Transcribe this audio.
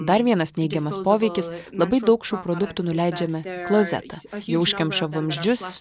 dar vienas neigiamas poveikis labai daug šių produktų nuleidžiame į klozetą jie užkemša vamzdžius